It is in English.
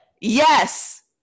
Yes